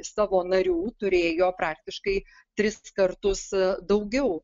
savo narių turėjo praktiškai tris kartus daugiau